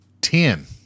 Ten